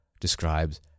describes